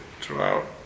throughout